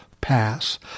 pass